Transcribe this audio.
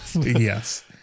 Yes